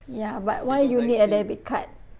ya but why you need a debit card